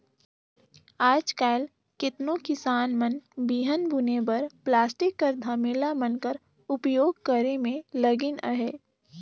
आएज काएल केतनो किसान मन बीहन बुने बर पलास्टिक कर धमेला मन कर उपियोग करे मे लगिन अहे